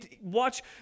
watch